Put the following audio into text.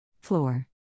Floor